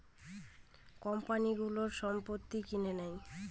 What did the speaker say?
কোম্পানিগুলো সম্পত্তি কিনে নেয়